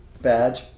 badge